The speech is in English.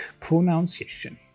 pronunciation